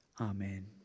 Amen